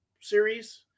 series